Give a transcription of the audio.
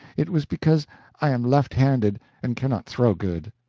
it was because i am left-handed and cannot throw good.